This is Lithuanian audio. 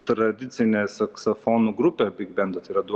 tradicinė saksofonų grupė bigbendas yra du